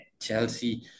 Chelsea